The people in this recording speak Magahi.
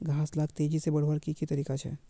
घास लाक तेजी से बढ़वार की की तरीका छे?